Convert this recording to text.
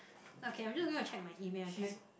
okay I'm just gonna check my email I tell you